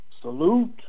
salute